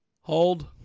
hold